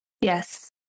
yes